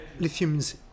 lithiums